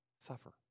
suffer